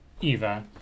Eva